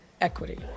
equity